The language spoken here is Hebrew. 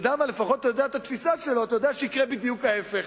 לפחות אתה יודע את התפיסה שלו ואתה יודע שיקרה בדיוק ההיפך,